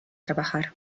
trabajar